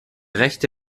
rechte